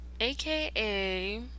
AKA